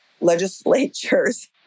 legislatures